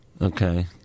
Okay